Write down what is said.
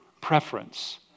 preference